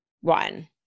one